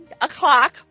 o'clock